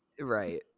Right